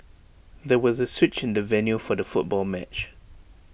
there was A switch in the venue for the football match